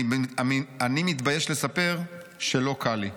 אני מתבייש לספר שלא קל לי.